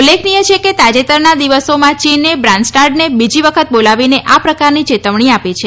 ઉલ્લેખનીય છે કે તાજેતરના દિવસોમાં ચીને બ્રાનસ્ટાર્ડને બીજી વખત બોલાવીને આ પ્રકારની ચેતવણી આપી છે